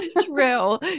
True